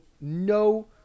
no